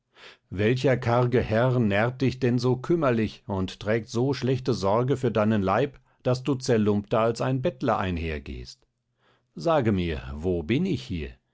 welcher karge herr nährt dich denn so kümmerlich und trägt so schlechte sorge für deinen leib daß du zerlumpter als ein bettler einhergehst sage mir wo bin ich hier